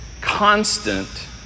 constant